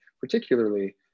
particularly